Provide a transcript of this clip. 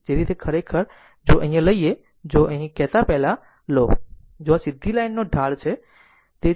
તેથી તે ખરેખર છે જો લે જો કહેતા પહેલા લે જો આ સીધી લાઇનનો ઢાળ લે